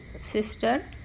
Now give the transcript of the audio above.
sister